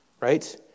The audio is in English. right